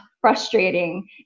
frustrating